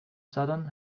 southern